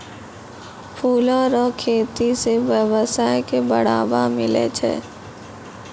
फूलो रो खेती से वेवसाय के बढ़ाबा मिलै छै